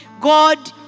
God